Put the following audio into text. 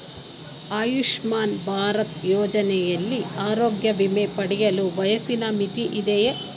ಆಯುಷ್ಮಾನ್ ಭಾರತ್ ಯೋಜನೆಯಲ್ಲಿ ಆರೋಗ್ಯ ವಿಮೆ ಪಡೆಯಲು ವಯಸ್ಸಿನ ಮಿತಿ ಇದೆಯಾ?